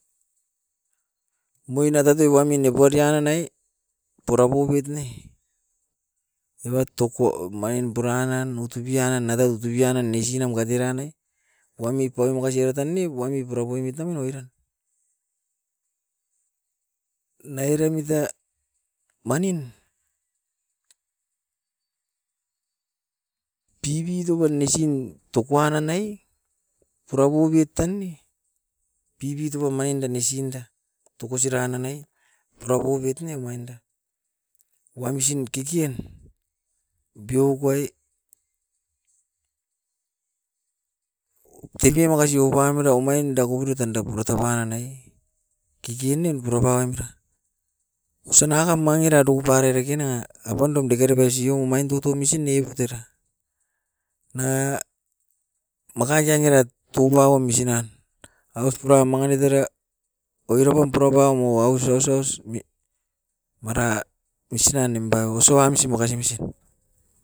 Moina tatoi wami ne borian nanai purapouit ne. Eva toko omain puran nan utubian nan natau tubian nan nesinam kateran nai, wami pau makasi era tan ne, wami purapoimit nanga oiran. Na era muita manin pibitou banesin tokuan nanai purapobit tan ne pibitoko omainda nesinda. Toko siran nanai porapoubit ne omainda, wamsin kikien biokoi tepe makasi oupamera omainda kopurio tanda purato ranai kikinem purapau amera. Osan ankam mangira dupare era gena apandum dekere pesio omain toutou misin evit era. Na makakia ngerat tupaua misin nan, aus pura mangi nip era oiram mam purapauo aus, aus, aus mara misira nimpa osoa misim, makasi misim.